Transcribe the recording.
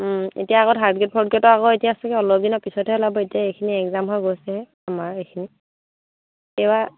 এতিয়া আগত third grade fourth গেডৰ আকৌ এতিয়া চাগে অলপ দিনৰ পিছতহে ওলাব এতিয়া এইখিনি এক্সাম হৈ গৈছেহে আমাৰ এইখিনি এইবাৰ